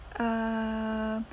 uh